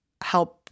help